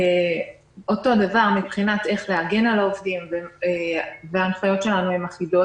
אותו דבר מבחינת איך להגן על העובדים וההנחיות שלנו אחידות.